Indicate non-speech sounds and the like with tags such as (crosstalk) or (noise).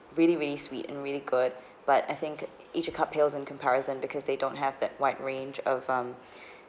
really really sweet and really good but I think each a cup pales in comparison because they don't have that wide range of um (breath)